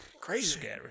crazy